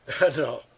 No